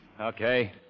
Okay